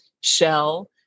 shell